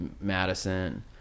Madison